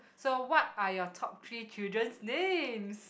so what are your top three children's names